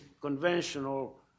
conventional